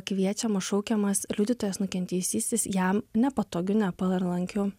kviečiamas šaukiamas liudytojas nukentėjusysis jam nepatogiu nepalankiu